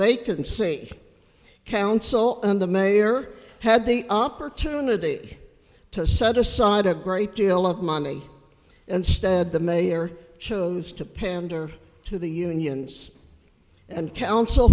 vacancy council and the mayor had the opportunity to set aside a great deal of money instead the mayor chose to pander to the unions and coun